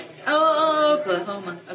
Oklahoma